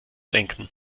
denken